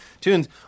tunes